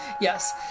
yes